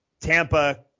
Tampa